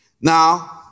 now